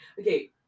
Okay